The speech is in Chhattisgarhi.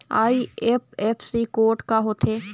आई.एफ.एस.सी कोड का होथे?